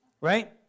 Right